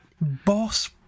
Boss